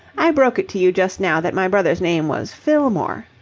i broke it to you just now that my brother's name was fillmore.